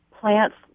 plants